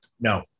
No